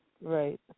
Right